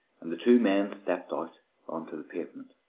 and the two men stepped out on to the pavement.